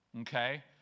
okay